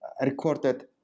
recorded